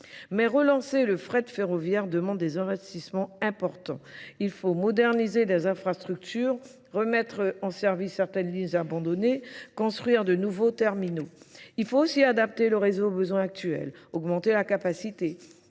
Mais relancer le frais de ferroviaire demande des investissements importants. Il faut moderniser les infrastructures, remettre en service certaines lignes abandonnées, construire de nouveaux terminaux. Il faut aussi adapter le réseau aux besoins actuels, augmenter la capacité,